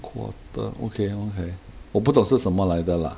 quarter okay okay 我不懂是什么来的 lah